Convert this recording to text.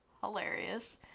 hilarious